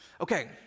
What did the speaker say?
Okay